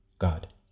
God